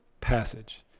passage